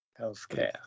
Healthcare